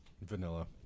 Vanilla